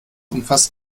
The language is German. umfasst